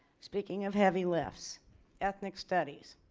speaking of heavy lifts ethnic studies